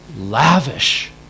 lavish